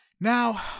Now